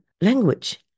language